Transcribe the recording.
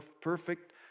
perfect